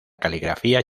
caligrafía